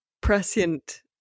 prescient